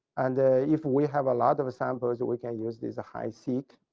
and ah if we have a lot of samples we can use this high seq.